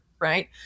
right